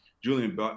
Julian